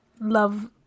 love